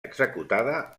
executada